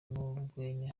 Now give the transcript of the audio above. n’urwenya